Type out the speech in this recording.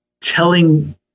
telling